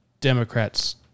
Democrats